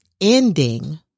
ending